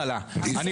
בעד